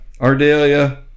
Ardelia